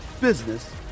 business